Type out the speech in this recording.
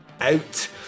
out